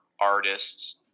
artists